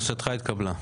בקשתך התקבלה.